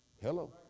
hello